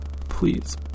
Please